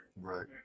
Right